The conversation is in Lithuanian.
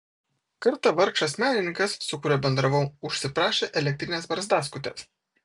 kartą vargšas menininkas su kuriuo bendravau užsiprašė elektrinės barzdaskutės